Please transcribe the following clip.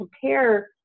compare